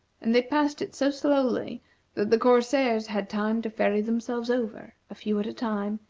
and they passed it so slowly that the corsairs had time to ferry themselves over, a few at a time,